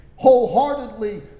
Wholeheartedly